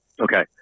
Okay